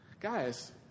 Guys